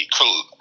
cool